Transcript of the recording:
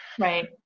Right